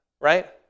Right